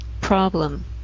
problem